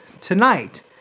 tonight